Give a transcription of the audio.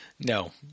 No